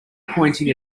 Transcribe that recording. pointing